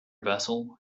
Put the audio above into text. vessel